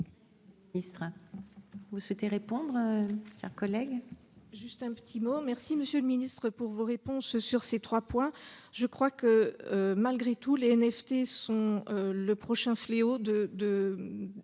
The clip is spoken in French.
Vous souhaitez répondre. Sa collègue.